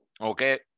Okay